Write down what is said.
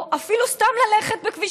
או אפילו סתם ללכת בכביש,